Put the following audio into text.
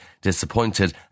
disappointed